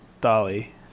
Dolly